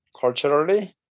culturally